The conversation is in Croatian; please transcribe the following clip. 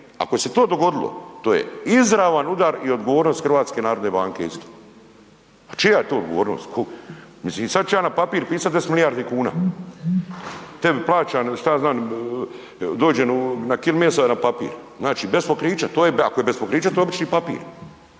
ako je se to dogodilo to je izravan udar i odgovornost HNB-a isto, a čija je to odgovornost, ko, mislim, sad ću ja na papir pisat 10 milijardi kuna, tebi plaćan šta ja znan, dođem na kilu mesa na papir, znači bez pokrića, to je da, ako je bez pokrića to je obični papir